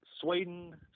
Sweden